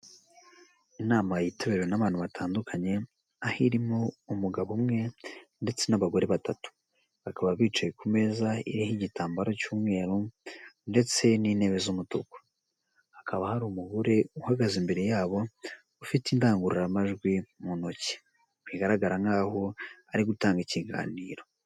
Inama yitorebiriwe n'abantu batandukanye aho irimo umugabo umwe ndetse n'abagore batatu, bakaba bicaye ku meza iriho igitambaro cy'umweru ndetse n'intebe z'umutuku, hakaba hari umugore uhagaze imbere yabo ufite indangururamajwi mu ntoki bigaragara nk'aho ari gutanga ikiganiro.